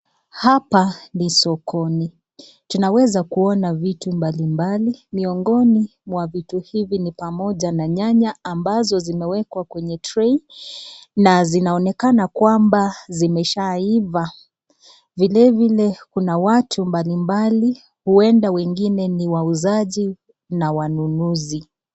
Hapa ni sokoni, tunaweza kuona vitu mbalimbali. Miongoni mwa vitu hivi ni pamoja na nyanya ambazo zimewekwa kwenye tray na zinaonekana kwamba zimesha iva. Vilevile kuna watu mbalimbali huenda wengine ni wauzaji na wanunuzi.